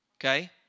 Okay